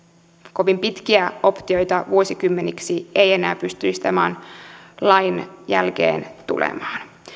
kovin pitkiä optioita vuosikymmeniksi ei enää pystyisi tämän lain jälkeen tulemaan